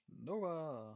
Nova